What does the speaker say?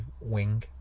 wing